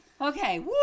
Okay